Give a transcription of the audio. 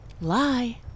Lie